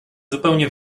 zupełnie